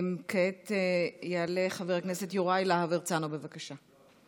כעת יעלה חבר הכנסת יוראי להב הרצנו, בבקשה.